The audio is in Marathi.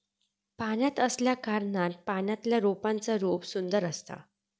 पाण्यात असल्याकारणान पाण्यातल्या रोपांचा रूप सुंदर असता